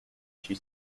she